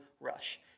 rush